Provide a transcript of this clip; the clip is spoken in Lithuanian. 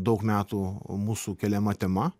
daug metų mūsų keliama tema